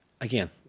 again